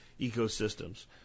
ecosystems